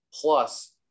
plus